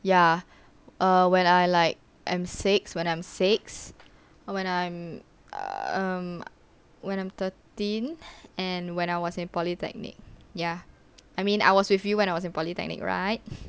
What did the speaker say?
ya err when I like am six when I'm six or when I'm um when I'm thirteen and when I was in polytechnic ya I mean I was with you when I was in polytechnic right